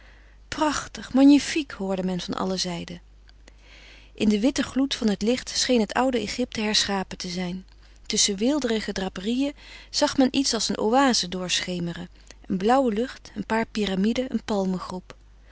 prachtig magnifique hoorde men van alle zijden in den witten gloed van het licht scheen het oude egypte herschapen te zijn tusschen weelderige draperieën zag men iets als een oaze doorschemeren een blauwe lucht een paar pyramiden een palmengroep op